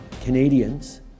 Canadians